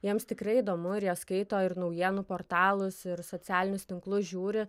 jiems tikrai įdomu ir jie skaito ir naujienų portalus ir socialinius tinklus žiūri